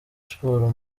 sports